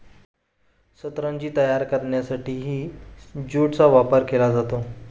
सतरंजी तयार करण्यासाठीही ज्यूटचा वापर केला जातो